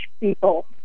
people